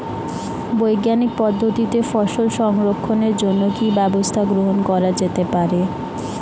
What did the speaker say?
বৈজ্ঞানিক পদ্ধতিতে ফসল সংরক্ষণের জন্য কি ব্যবস্থা গ্রহণ করা যেতে পারে?